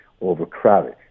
overcrowded